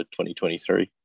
2023